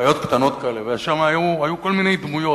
חיות קטנות כאלה, ושם היו כל מיני דמויות.